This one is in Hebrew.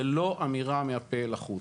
זה לא אמירה מהפה אל החוץ.